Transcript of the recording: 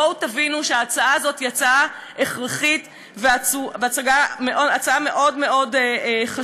בואו תבינו שההצעה הזאת היא הצעה הכרחית והצעה מאוד מאוד חשובה.